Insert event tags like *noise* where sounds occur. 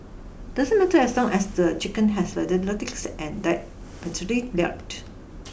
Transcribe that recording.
doesn't matter as long as the chicken has slender *unintelligible* and died painlessly *unintelligible*